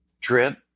drip